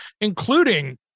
including